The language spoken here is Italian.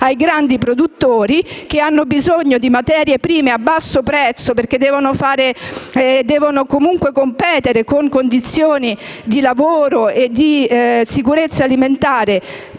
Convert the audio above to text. ai grandi produttori che hanno bisogno di materie prime a basso prezzo, perché devono comunque competere con condizioni di lavoro e di sicurezza alimentare